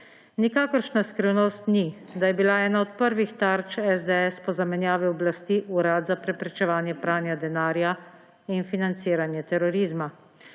Nikakršna skrivnost ni, da je bila ena od prvih tarč SDS po zamenjavi oblasti Urad za preprečevanje pranja denarja in financiranje terorizma.